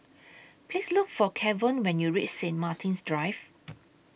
Please Look For Kevon when YOU REACH Saint Martin's Drive